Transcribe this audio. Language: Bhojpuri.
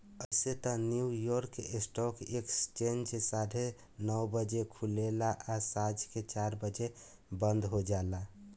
अइसे त न्यूयॉर्क स्टॉक एक्सचेंज साढ़े नौ बजे खुलेला आ सांझ के चार बजे बंद हो जाला